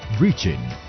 Reaching